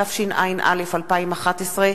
התשע"א 2011,